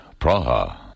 Praha